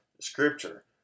Scripture